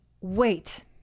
wait